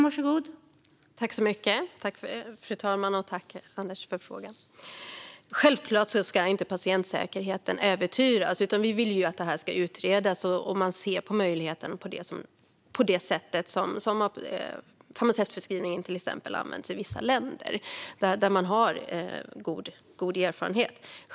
Fru talman! Tack för frågan, Anders! Självklart ska inte patientsäkerheten äventyras. Vi vill att detta ska utredas och att man ska titta på möjligheten till farmaceutförskrivning så som det används i vissa länder, där det finns goda erfarenheter.